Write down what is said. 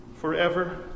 forever